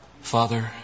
Father